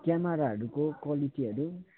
क्यामेराहरूको क्वालिटीहरू